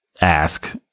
ask